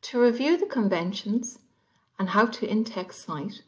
to review the conventions and how to in-text cite